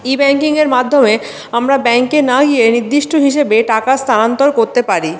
ই ব্যাঙ্কিংয়ের মাধ্যমে আমরা ব্যাঙ্কে না গিয়ে নির্দিষ্ট হিসাবে টাকা স্থানান্তর করতে পারি